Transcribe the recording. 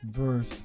verse